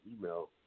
email